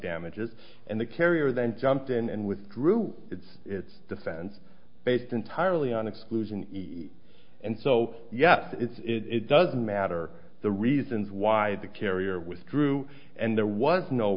damages and the carrier then jumped in and withdrew its its defense based entirely on exclusion and so yes it doesn't matter the reasons why the carrier withdrew and there was no